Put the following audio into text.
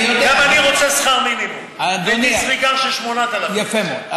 גם אני רוצה שכר מינימום ו-disregard של 8,000. יפה מאוד.